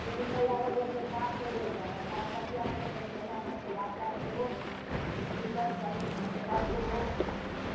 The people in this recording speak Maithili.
जे रूपैआ लेबहो से साफ से बोल दय हमरा बाल कटबैके छै तनी बढ़िआँ ढङ्ग से बाल काटि देबहो तनी ढङ्ग से काटि देबहो